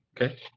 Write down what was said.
Okay